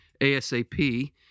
ASAP